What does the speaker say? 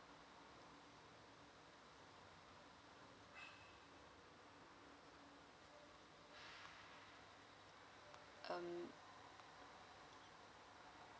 um